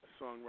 songwriter